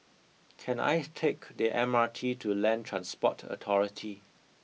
can I take the M R T to Land Transport Authority